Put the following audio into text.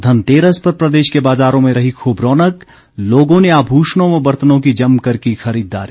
धनतेरस पर प्रदेश के बाजारों में रही खूब रौनक लोगों ने आभूषणों व बर्तनों की जमकर की खरीददारी